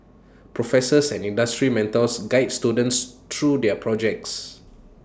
professors and industry mentors guide students through their projects